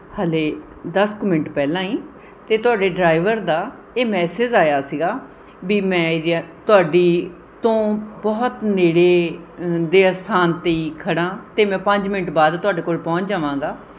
ਹਾਲੇ ਦਸ ਕੁ ਮਿੰਟ ਪਹਿਲਾਂ ਹੀ ਤਾਂ ਤੁਹਾਡੇ ਡਰਾਈਵਰ ਦਾ ਇਹ ਮੈਸੇਜ਼ ਆਇਆ ਸੀਗਾ ਵੀ ਮੈਂ ਤੁਹਾਡੀ ਤੋਂ ਬਹੁਤ ਨੇੜੇ ਦੇ ਅਸਥਾਨ 'ਤੇ ਹੀ ਖੜਾਂ ਅਤੇ ਮੈਂ ਪੰਜ ਮਿੰਟ ਬਾਅਦ ਤੁਹਾਡੇ ਕੋਲ ਪਹੁੰਚ ਜਾਵਾਂਗਾ